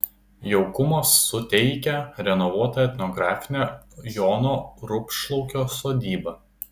jaukumo suteikia renovuota etnografinė jono rupšlaukio sodyba